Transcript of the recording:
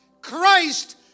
Christ